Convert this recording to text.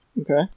Okay